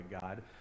God